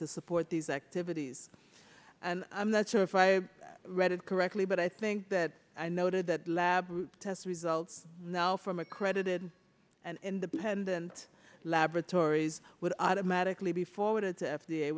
to support these activities and i'm not sure if i read it correctly but i think that i noted that lab test results now from accredited and independent laboratories would automatically be forwarded to f